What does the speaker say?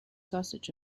sausage